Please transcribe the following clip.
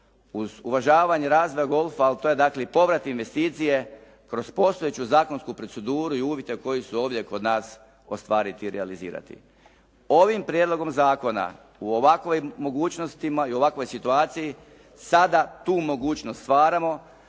uz uvažavanje razvoja golfa, to je dakle i povrat investicije kroz postojeću zakonsku proceduru i uvjete koji su ovdje kod nas ostvariti i realizirati. Ovim prijedlogom zakona u ovakvim mogućnostima i ovakvoj situaciji sada tu mogućnost stvaramo